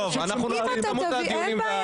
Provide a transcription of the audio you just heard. טוב אנחנו לא -- כמות הדיונים בוועדה.